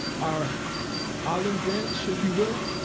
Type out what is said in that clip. our olive branch if you will,